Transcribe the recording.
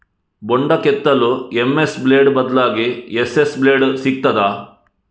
ಬೊಂಡ ಕೆತ್ತಲು MS blade ಬದ್ಲಾಗಿ ಎಸ್.ಎಸ್ ಬ್ಲೇಡ್ ಸಿಕ್ತಾದ?